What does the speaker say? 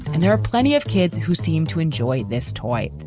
and there are plenty of kids who seem to enjoy this toy.